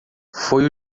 foi